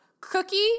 cookie